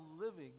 living